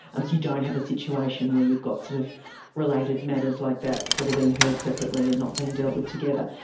and you don't have a situation where you've got sort of related matters like that that are being heard separately and not being dealt with together.